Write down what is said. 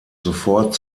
sofort